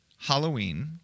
Halloween